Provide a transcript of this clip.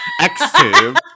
XTube